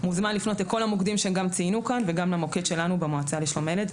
מוזמן לפנות לכל המוקדים שציינו כאן וגם למוקד שלנו במועצה לשלום הילד.